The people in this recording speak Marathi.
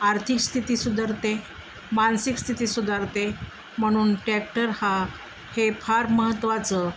आर्थिक स्थिती सुधारते मानसिक स्थिती सुधारते म्हणून टॅक्टर हा हे फार महत्त्वाचं